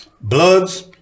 Bloods